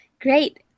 Great